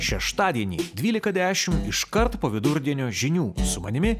šeštadienį dvylika dešimt iškart po vidurdienio žinių su manimi